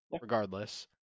regardless